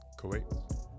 Kuwait